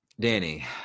Danny